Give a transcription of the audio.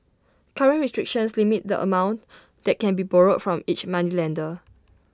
current restrictions limit the amount that can be borrowed from each moneylender